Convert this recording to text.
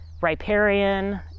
riparian